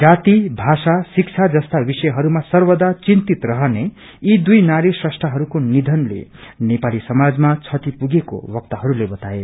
जाति भाषा शिक्षा जस्ता विषयहरूमा सर्वदा चिन्तित रहने यी दुई नारी म्रष्ठाहरूको निधनले नेपाली समाजमा क्षति पुगेको वक्ताहरूले बताए